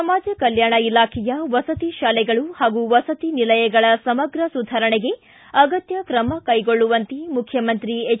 ಸಮಾಜ ಕಲ್ಟಾಣ ಇಲಾಖೆಯ ವಸತಿ ಶಾಲೆಗಳು ಹಾಗೂ ವಸತಿ ನಿಲಯಗಳ ಸಮಗ್ರ ಸುಧಾರಣೆಗೆ ಅಗತ್ಯ ಕ್ರಮ ಕೈಗೊಳ್ಳುವಂತೆ ಮುಖ್ಚಮಂತ್ರಿ ಹೆಚ್